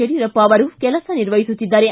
ಯಡಿಯೂರಪ್ಪ ಕೆಲಸ ನಿರ್ವಹಿಸುತ್ತಿದ್ದಾರೆ